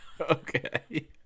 okay